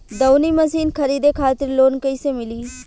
दऊनी मशीन खरीदे खातिर लोन कइसे मिली?